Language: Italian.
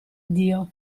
dio